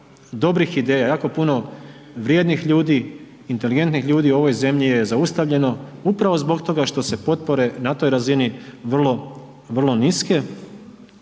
dobrih ideja, jako puno vrijednih ljudi, inteligentnih ljudi u ovoj zemlji je zaustavljeno upravo zbog toga što se potpore na toj razini vrlo, vrlo niske.